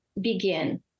Begin